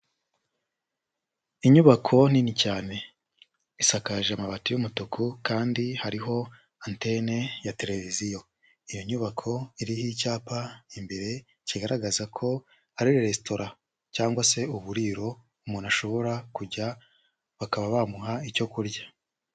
Inyubako nini cyane, isakaje amabati y'umutuku kandi hariho antene ya tereviziyo, iyo nyubako iriho icyapa imbere kigaragazako hari resitora cyangwa se uburiro umuntu ashobora kujya bakaba bamuha icyo kurya.